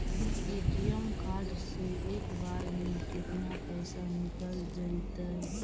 ATM card से एक बार में केतना पैसा निकल जइतै?